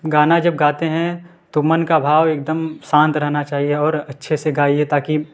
गाना जब गाते हैं तो मन का भाव एकदम शांत रहना चाहिए और और अच्छे से गाइए ताकि